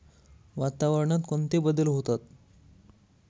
वातावरणात कोणते बदल होतात?